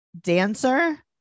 dancer